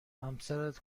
همسرت